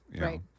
right